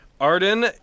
Arden